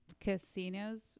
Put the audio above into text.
casinos